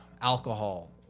alcohol